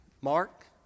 Mark